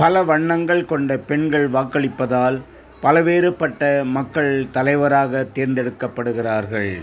பல வண்ணங்கள் கொண்ட பெண்கள் வாக்களிப்பதால் பல்வேறுபட்ட மக்கள் தலைவராகத் தேர்ந்தெடுக்கப்படுகிறார்கள்